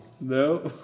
No